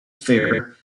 fair